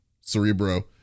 Cerebro